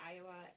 Iowa